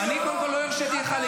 אתה שומר עליו ואתה עוזר לו.